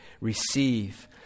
Receive